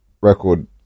record